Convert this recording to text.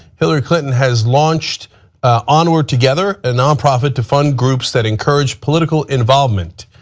hillary clinton has launched onward together, ah nonprofit to fund groups that encourage political involvement.